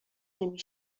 نمی